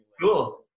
Cool